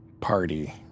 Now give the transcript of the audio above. party